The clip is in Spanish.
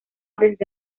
desde